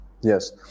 Yes